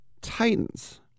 Titans